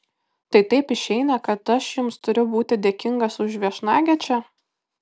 tai taip išeina kad aš jums turiu būti dėkingas už viešnagę čia